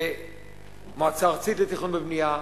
מועצה ארצית לתכנון ובנייה,